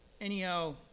Anyhow